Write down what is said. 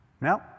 Now